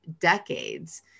decades